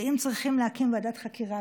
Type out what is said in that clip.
ואם צריך להקים ועדת חקירה,